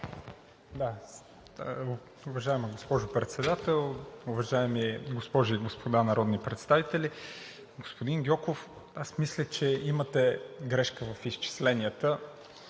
Уважаема госпожо Председател, уважаеми госпожи и господа народни представители! Господин Гьоков, аз мисля, че имате грешка в изчисленията,